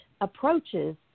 approaches